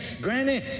granny